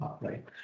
right